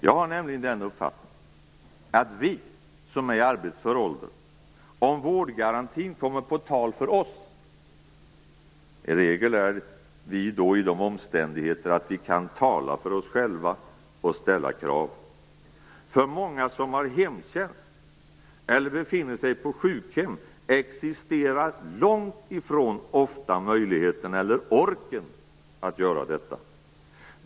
Jag har nämligen den uppfattningen att om vårdgarantin kommer på tal för oss som är i arbetsför ålder, är vi i regel i de omständigheterna att vi kan tala för oss själva och ställa krav. För många som har hemtjänst eller befinner sig på sjukhem existerar långt ifrån ofta möjligheten eller orken att göra detta.